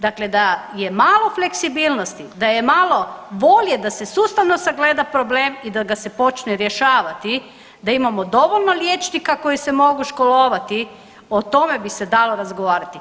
Dakle da je malo fleksibilnosti, da je malo volje da se sustavno sagleda problem i da ga se počne rješavati da imamo dovoljno liječnika koji se mogu školovati, o tome bi se dalo razgovarati.